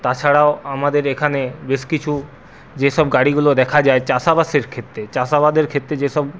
তাছাড়াও আমাদের এখানে বেশ কিছু যেসব গাড়িগুলো দেখা যায় চাষ বাসের ক্ষেত্রে চাষাবাদের ক্ষেত্রে যেসব